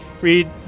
Read